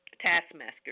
taskmaster